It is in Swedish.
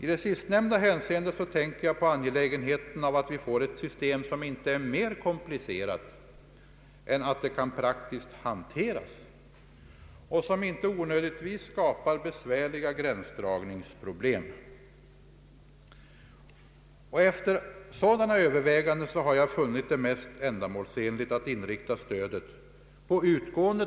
I sistnämnda hänseende tänker jag på angelägenheten av ett system som inte är mer komplicerat än att det kan hanteras praktiskt och som inte onödigtvis skapar besvärliga gränsdragningsproblem. Vid sådana överväganden har jag funnit det mest ändamålsenligt att inrikta stödet på de utgående